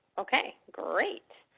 okay great.